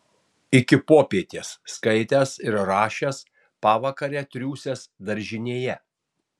iki popietės skaitęs ir rašęs pavakare triūsęs daržinėje